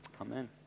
Amen